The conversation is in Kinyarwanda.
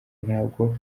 ntabwo